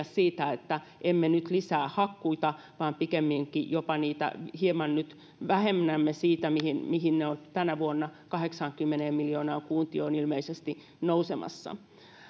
siitä että emme nyt lisää hakkuita vaan pikemminkin niitä jopa hieman nyt vähennämme siitä mihin mihin ne ovat tänä vuonna kahdeksaankymmeneen miljoonaan kuutioon ilmeisesti nousemassa